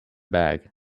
bag